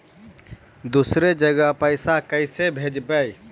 दुसरे जगह पैसा कैसे भेजबै?